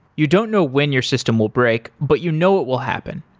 you don't know when your system will break, but you know it will happen.